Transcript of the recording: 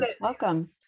Welcome